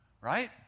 Right